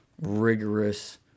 rigorous